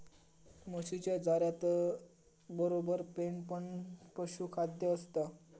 म्हशीच्या चाऱ्यातबरोबर पेंड पण पशुखाद्य असता